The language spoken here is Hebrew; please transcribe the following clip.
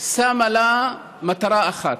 שמה לה מטרה אחת,